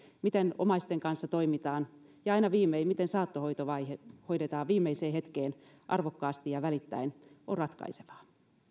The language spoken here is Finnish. miten omaisten kanssa toimitaan ja aina viimein miten saattohoitovaihe hoidetaan viimeiseen hetkeen arvokkaasti ja välittäen on ratkaisevaa